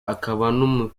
akaba